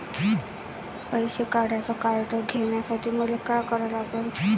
पैसा काढ्याचं कार्ड घेण्यासाठी मले काय करा लागन?